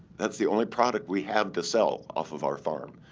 that's the only product we have to sell off of our farm.